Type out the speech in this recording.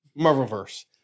Marvelverse